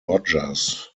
rodgers